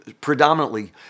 predominantly